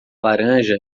laranja